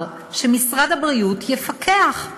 נקבע.